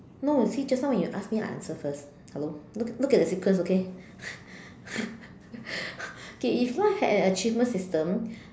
no you see just now when you ask me I answer first hello look at look at the sequence okay okay so if life had an achievement system